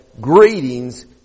Greetings